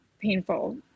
painful